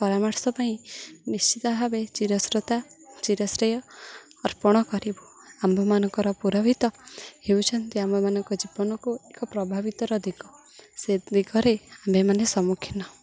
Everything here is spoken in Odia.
ପରାମର୍ଶ ପାଇଁ ନିଶ୍ଚିତ ଭାବେ ଚିରସ୍ରୋତା ଚିରଶ୍ରେୟ ଅର୍ପଣ କରିବୁ ଆମ୍ଭମାନଙ୍କର ପ୍ରଭାବିତ ହେଉଛନ୍ତି ଆମମାନଙ୍କ ଜୀବନକୁ ଏକ ପ୍ରଭାବିତର ଦିଗ ସେ ଦିଗରେ ଆମ୍ଭେମାନେ ସମ୍ମୁଖୀନ